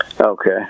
okay